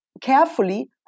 carefully